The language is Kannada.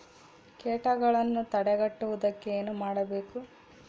ಕೇಟಗಳನ್ನು ತಡೆಗಟ್ಟುವುದಕ್ಕೆ ಏನು ಮಾಡಬೇಕು?